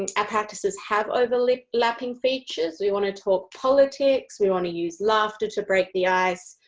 and practices have overlapping features. we want to talk politics. we want to use laughter to break the ice.